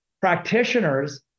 Practitioners